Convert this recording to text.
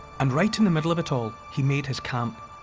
and right in the middle of it all, he made his camp.